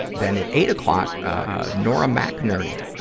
then, at eight o'clock, ah, nora mcinerny,